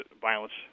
violence